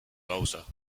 lausa